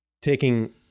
taking